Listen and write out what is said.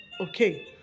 okay